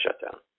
shutdown